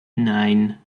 nein